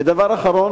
ודבר אחרון,